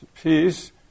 peace